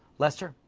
lester?